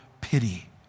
pity